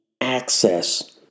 access